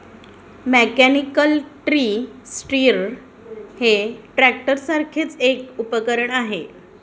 mechanical tree stirrer हे ट्रॅक्टरसारखेच एक उपकरण आहे